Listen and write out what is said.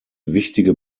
wichtige